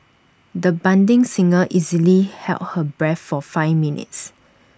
the budding singer easily held her breath for five minutes